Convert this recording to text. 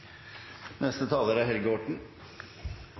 neste er